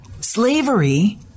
slavery